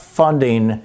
funding